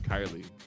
Kylie